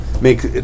Make